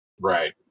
Right